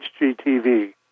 HGTV